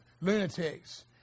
lunatics